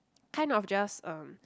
kind of just um